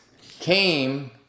came